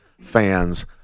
fans